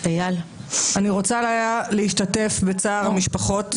אני רוצה להשתתף בצער המשפחות.